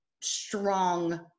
strong